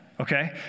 Okay